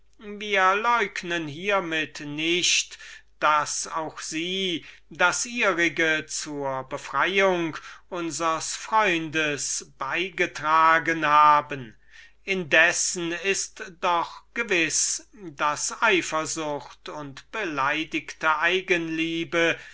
hiemit nicht daß sie das ihrige zur befreiung unsers freundes beigetragen indessen ist doch gewiß daß eifersucht und beleidigte eigenliebe